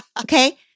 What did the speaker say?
Okay